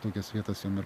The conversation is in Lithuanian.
tokias vietas jom ir